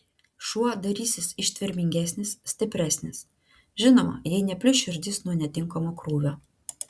šuo darysis ištvermingesnis stipresnis žinoma jei neplyš širdis nuo netinkamo krūvio